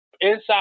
inside